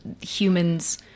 humans